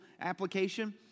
application